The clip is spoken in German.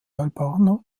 albaner